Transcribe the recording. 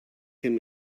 him